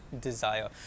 desire